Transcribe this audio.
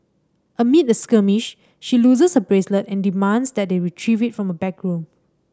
amid the skirmish she loses her bracelet and demands that they retrieve it from a backroom